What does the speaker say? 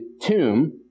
tomb